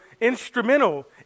instrumental